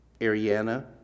Ariana